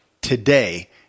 Today